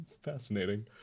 fascinating